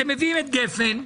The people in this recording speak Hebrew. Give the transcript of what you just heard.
אתם מביאים את גפן,